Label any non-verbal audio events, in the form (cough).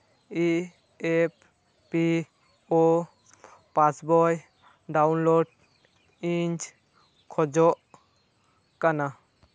E F P O ᱯᱟᱭᱵᱚᱭ (unintelligible) download ᱤᱧ ᱠᱷᱚᱡᱚᱜ ᱠᱟᱱᱟ